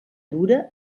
dura